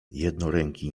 jednoręki